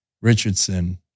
Richardson